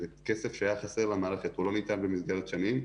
זה כסף שהיה חסר למערכת ולא ניתן במשך שנים,